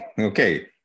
Okay